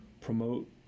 promote